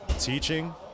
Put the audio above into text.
teaching